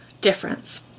difference